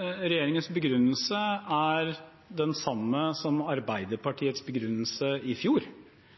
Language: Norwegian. Regjeringens begrunnelse er den samme som Arbeiderpartiets begrunnelse i fjor.